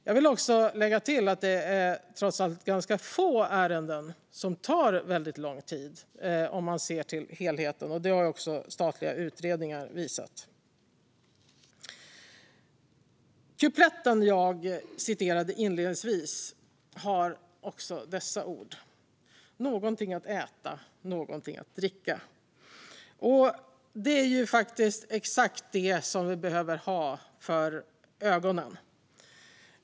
Jag vill också lägga till att det trots allt är ganska få ärenden som tar väldigt lång tid, om man ser till helheten. Det har även statliga utredningar visat. Kupletten som jag citerade inledningsvis innehåller vidare följande ord: Någonting att äta, någonting att dricka. Det är faktiskt exakt det som vi behöver ha för ögonen.